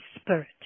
spirit